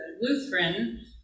Lutheran